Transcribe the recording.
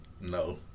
No